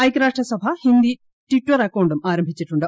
ഐക്യരാഷ്ട്ര സഭ ഹിന്ദി ട്വിറ്റർ അക്കൌണ്ടും ആരഭിച്ചിട്ടുണ്ട്